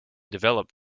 developed